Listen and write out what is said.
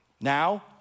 Now